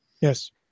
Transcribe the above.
Yes